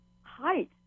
height